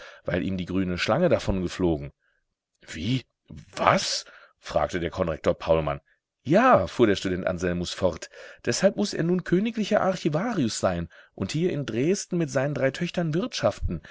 weil ihm die grüne schlange davongeflogen wie was fragte der konrektor paulmann ja fuhr der student anselmus fort deshalb muß er nun königlicher archivarius sein und hier in dresden mit seinen drei töchtern wirtschaften